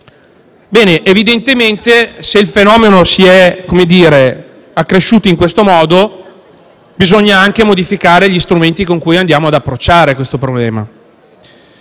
Ebbene, evidentemente, se il fenomeno si è accresciuto in questo modo, bisogna anche modificare gli strumenti con cui andiamo ad approcciare questo problema.